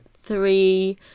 three